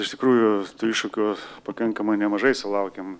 iš tikrųjų tų iššūkių pakankamai nemažai sulaukiam